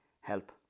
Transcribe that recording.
Help